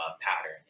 pattern